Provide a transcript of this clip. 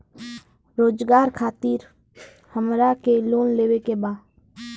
रोजगार खातीर हमरा के लोन लेवे के बा?